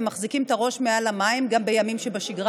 ומחזיקים את הראש מעל המים גם בימים שבשגרה,